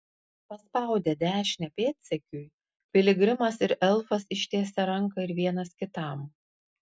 paspaudę dešinę pėdsekiui piligrimas ir elfas ištiesė ranką ir vienas kitam